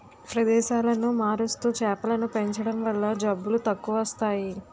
ప్రదేశాలను మారుస్తూ చేపలను పెంచడం వల్ల జబ్బులు తక్కువస్తాయి